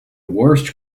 worst